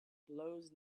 blows